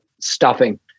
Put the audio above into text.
stuffing